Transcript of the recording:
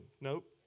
Nope